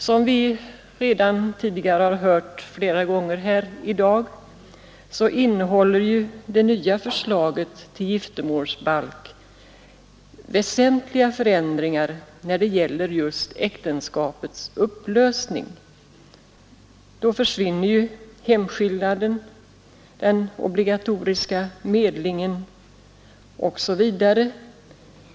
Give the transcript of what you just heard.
Som vi hört flera gånger tidigare i dag innehåller förslaget till ny giftermålsbalk vä sentliga förändringar när det gäller just äktenskapets upplösning. När den nya lagen träder i kraft försvinner hemskillnaden, den obligatoriska medlingen osv.